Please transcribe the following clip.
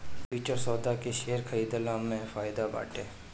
futures सौदा के share खरीदला में फायदा बाटे